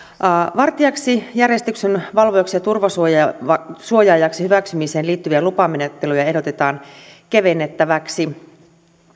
vartijaksi järjestyksenvalvojaksi ja turvasuojaajaksi hyväksymiseen liittyviä lupamenettelyjä ehdotetaan kevennettäväksi